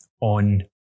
on